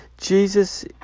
Jesus